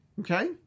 Okay